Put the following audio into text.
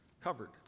Covered